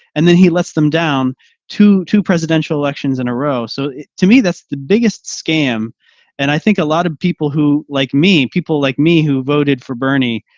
and then he lets them down to two presidential elections in a row. so to me, that's the biggest scam and i think a lot of people who like me people like me who voted for bernie